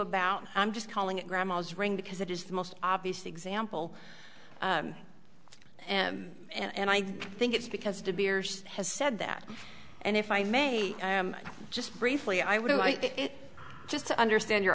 about i'm just calling it grandma's ring because it is the most obvious example and i think it's because de beers has said that and if i may just briefly i would like it just to understand your